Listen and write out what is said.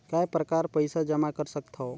काय प्रकार पईसा जमा कर सकथव?